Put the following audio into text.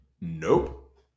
nope